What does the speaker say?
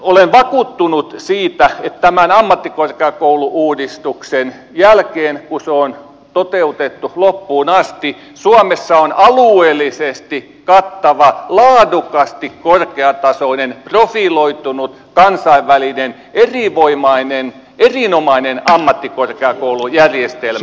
olen vakuuttunut siitä että tämän ammattikorkeakoulu uudistuksen jälkeen kun se on toteutettu loppuun asti suomessa on alueellisesti kattava laadukkaasti korkeatasoinen profiloitunut kansainvälinen elinvoimainen erinomainen ammattikorkeakoulujärjestelmä